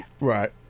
Right